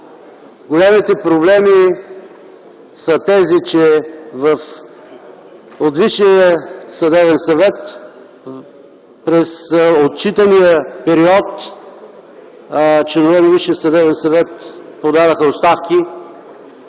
Големите проблеми са тези, че от Висшия съдебен съвет през отчитания период, членове на Висшия съдебен съвет подадоха оставки